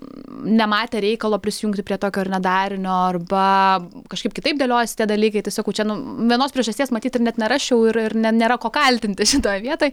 nematė reikalo prisijungti prie tokio darinio arba kažkaip kitaip dėliojasi tie dalykai tai sakau čia nu vienos priežasties matyt ir net nerasčiau ir ir nėra ko kaltinti šitoj vietoj